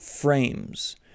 frames